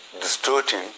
distorting